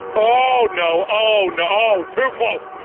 oh? no, oh no? too, close,